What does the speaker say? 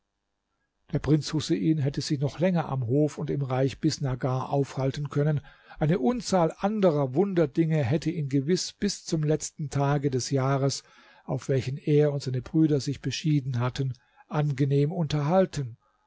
der prinz husein hätte sich noch länger am hof und im reich bisnagar aufhalten können eine unzahl anderer wunderdinge hätte ihn gewiß bis zum letzten tage des jahres auf welchen er und seine brüder sich beschieden hatten angenehm unterhalten